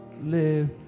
live